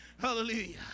Hallelujah